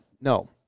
no